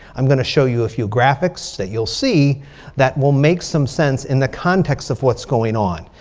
i'm going to show you a few graphics that you'll see that will make some sense in the context of what's going on.